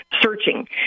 searching